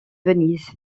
venise